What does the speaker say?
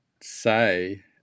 say